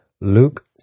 Luke